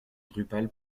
drupal